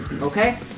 Okay